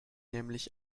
nämlich